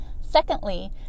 Secondly